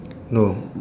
no